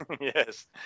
yes